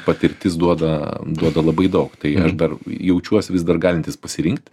patirtis duoda duoda labai daug tai aš dar jaučiuos vis dar galintis pasirinkt